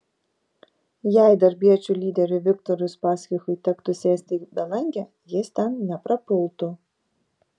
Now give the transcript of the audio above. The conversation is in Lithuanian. jei darbiečių lyderiui viktorui uspaskichui tektų sėsti į belangę jis ten neprapultų